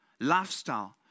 lifestyle